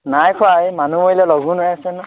নাই খোৱা এই মানুহ মৰিলে লঘোণ হৈ আছে নহয়